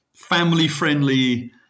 family-friendly